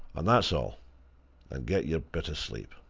and that's all and get your bit of sleep.